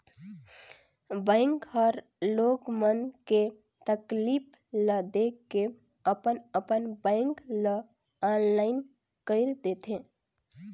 bank हर लोग मन के तकलीफ ल देख के अपन अपन बेंक ल आनलाईन कइर देथे